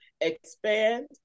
expand